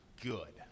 good